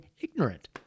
ignorant